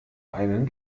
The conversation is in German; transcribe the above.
einen